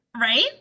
right